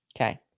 okay